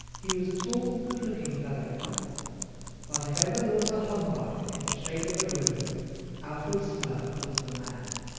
he was a tall, good-looking fellow enough but if ever there was a humbug in the shape of a groom alfred smirk was the man.